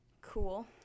cool